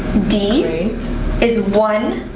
d is one,